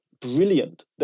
brilliant